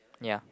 ya